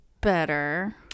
better